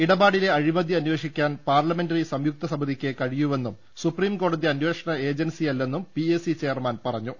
ഇടപാടിലെ അഴിമതി അന്വേഷിക്കാൻ പാർലമെന്ററി സംയു ക്തസമിതിക്കേ കഴിയൂവെന്നും സുപ്രീംകോടതി അന്വേഷണ ഏജൻസിയല്ലെന്നും പി എ സി ചെയർമാൻ പറഞ്ഞു